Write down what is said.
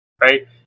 right